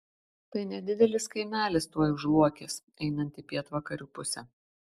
tai nedidelis kaimelis tuoj už luokės einant į pietvakarių pusę